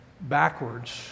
backwards